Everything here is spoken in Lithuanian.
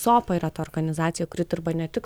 sopa yra ta organizacija kuri dirba ne tik